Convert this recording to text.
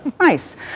Nice